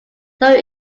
though